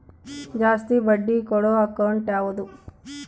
ಜಾಸ್ತಿ ಬಡ್ಡಿ ಕೊಡೋ ಅಕೌಂಟ್ ಯಾವುದು?